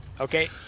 Okay